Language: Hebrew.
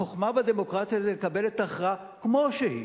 החוכמה בדמוקרטיה היא לקבל את ההכרעה כמו שהיא,